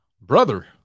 Brother